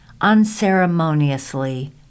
unceremoniously